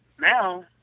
Now